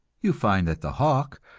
you find that the hawk,